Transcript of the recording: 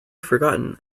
forgotten